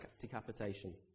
decapitation